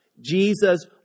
Jesus